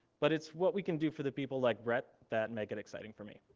but its what we can do for the people like brett that make it exciting for me.